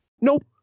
Nope